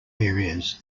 areas